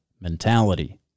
mentality